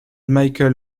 michael